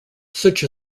such